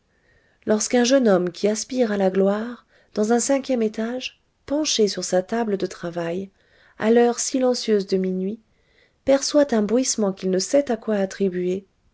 lorsqu'un jeune homme qui aspire à la gloire dans un cinquième étage penché sur sa table de travail à l'heure silencieuse de minuit perçoit un bruissement qu'il ne sait à quoi attribuer